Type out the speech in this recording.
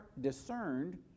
discerned